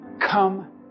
Come